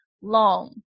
long